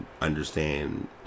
understand